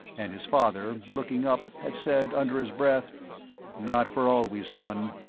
and his father, looking up, had said under his breath not for always, son.